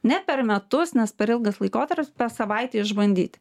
ne per metus nes per ilgas laikotarpis per savaitę išbandyti